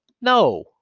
No